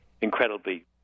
incredibly